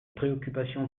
préoccupation